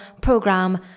program